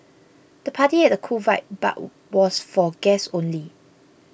the party had a cool vibe but was for guests only